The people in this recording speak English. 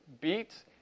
beat